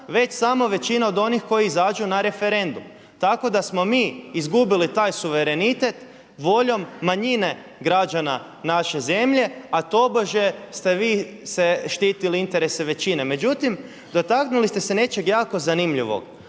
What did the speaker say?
već samo većina od onih koji izađu na referendum. Tako da smo mi izgubili taj suverenitet voljom manjine građana naše zemlje, a tobože ste vi štitili interese većine. Međutim, dotaknuli ste se nečeg jako zanimljivog,